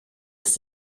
ist